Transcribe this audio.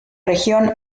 región